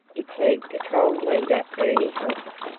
declared patrol leader ernie hunter,